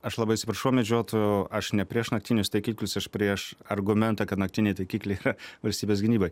aš labai atsiprašau medžiotojų aš ne prieš naktinius taikiklius aš prieš argumentą kad naktiniai taikikliai yra valstybės gynybai